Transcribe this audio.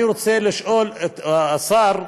אני רוצה לשאול את השר: